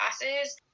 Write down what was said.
classes